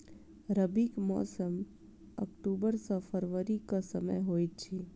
रबीक मौसम अक्टूबर सँ फरबरी क समय होइत अछि